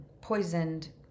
Poisoned